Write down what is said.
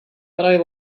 but